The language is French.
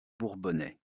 bourbonnais